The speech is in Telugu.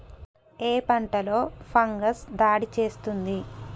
ఏ పంటలో ఫంగస్ దాడి చేస్తుంది?